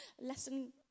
lesson